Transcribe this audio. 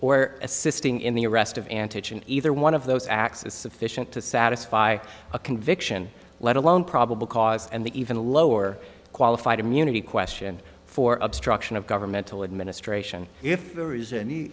assisting in the arrest of antigens either one of those acts is sufficient to satisfy a conviction let alone probable cause and the even lower qualified immunity question for obstruction of governmental administration if there is any